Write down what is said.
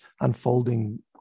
unfolding